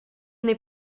n’ai